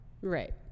Right